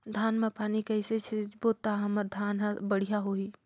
धान मा पानी कइसे सिंचबो ता हमर धन हर बढ़िया होही?